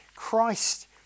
Christ